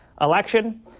election